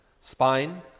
spine